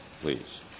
please